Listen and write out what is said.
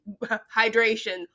hydration